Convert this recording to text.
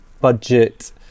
budget